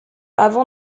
avant